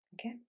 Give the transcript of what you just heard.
Okay